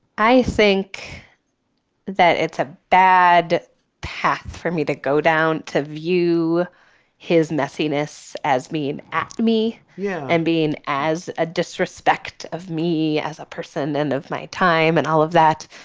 i think that it's a bad path for me to go down to view his messiness as mean after me. yeah and being as a disrespect of me as a person then of my time and all of that,